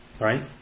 Right